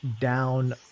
down